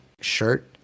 shirt